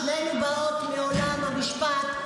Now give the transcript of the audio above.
שתינו באות מעולם המשפט.